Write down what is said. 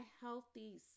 healthy